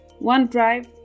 OneDrive